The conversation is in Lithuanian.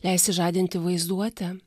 leisti žadinti vaizduotę